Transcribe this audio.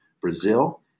Brazil